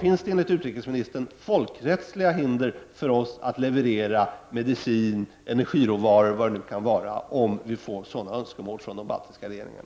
Finns det enligt utrikesministern folkrättsliga hinder för oss att leverera medicin, energiråvaror m.m. om vi får sådana önskemål från de baltiska regeringarna?